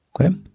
okay